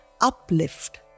uplift